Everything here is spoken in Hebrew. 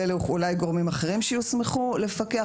ויהיו אולי גורמים אחרים שיוסמכו לפקח